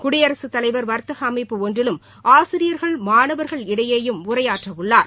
குடியரகத்தலைவர் வர்த்தக அமைப்பு ஒன்றிலும் ஆசிரியர்கள் மாணவர்கள் இடையேயும் உரையாற்றவுள்ளார்